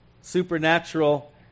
Supernatural